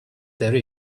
there